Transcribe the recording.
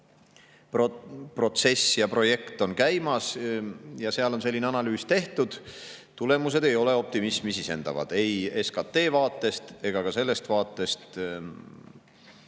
protsess ja projekt on käimas, ja seal on selline analüüs tehtud. Tulemused ei ole optimismi sisendavad ei SKT vaatest ega ka sellest vaatest,